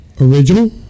original